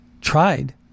Tried